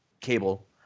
Cable